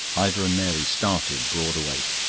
ivor and mary started broad awake.